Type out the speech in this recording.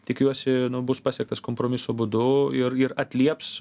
tikiuosi bus pasiektas kompromiso būdu ir ir atlieps